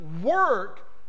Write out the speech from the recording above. work